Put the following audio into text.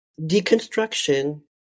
deconstruction